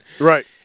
Right